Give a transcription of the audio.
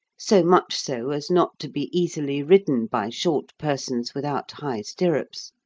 so much so as not to be easily ridden by short persons without high stirrups.